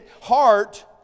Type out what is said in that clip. heart